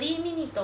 mm